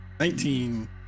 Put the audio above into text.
Nineteen